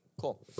Cool